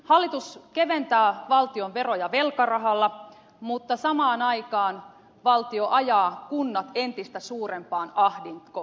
hallitus keventää valtion veroja velkarahalla mutta samaan aikaan valtio ajaa kunnat entistä suurempaan ahdinkoon